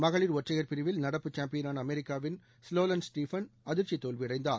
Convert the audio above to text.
மகளிர் ஒற்றையர் பிரிவில் நடப்பு சாம்பியனான அமெரிக்காவின் ஸ்வோலென் ஸ்டீபன் அதிர்ச்சி தோல்வியடைந்தார்